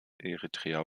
eritrea